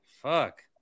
Fuck